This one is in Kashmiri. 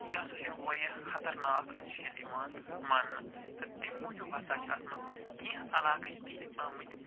یہِ سا چھُ وارِیاہ خطرناک جِہل یِوان مانٛنہٕ تہٕ تمہِ موٗجوٗب ہسا چھِ اتھ منٛز کیٚنٛہہ علاقہٕ تِتھۍ آمٕتۍ